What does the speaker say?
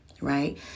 right